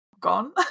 gone